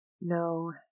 No